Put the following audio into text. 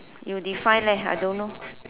you define leh I don't know